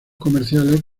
comerciales